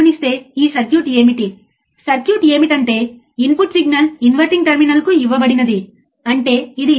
గరిష్ట మార్పు అవుట్పుట్ ఇప్పుడు ఇన్పుట్ సిగ్నల్ను ఎంత వేగంగా అనుసరించగలదో కొలవండి ఇది కూడా స్లీవ్ రేటు సరియైనదేనా